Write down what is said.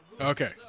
Okay